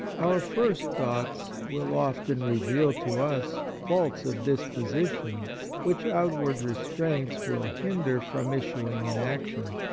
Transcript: our first thoughts will often reveal to us faults of disposition which outward restraints will hinder from issuing in action.